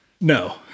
No